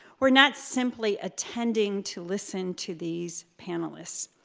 we're not simply attending to listen to these panelists,